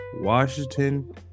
Washington